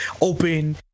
open